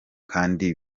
kandi